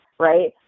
right